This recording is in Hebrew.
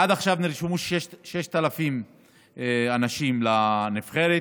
עד עכשיו נרשמו 6,000 אנשים לנבחרת,